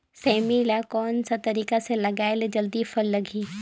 सेमी ला कोन सा तरीका से लगाय ले जल्दी फल लगही?